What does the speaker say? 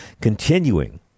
continuing